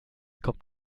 kommt